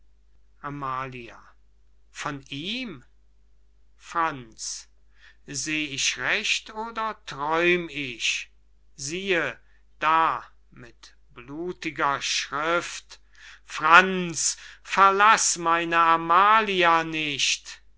amalia von ihm franz seh ich recht oder träum ich siehe da mit blutiger schrift franz verlaß meine amalia nicht